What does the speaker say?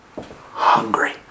hungry